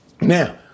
Now